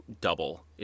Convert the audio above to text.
double